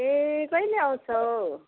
ए कहिले आउँछौ